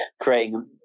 creating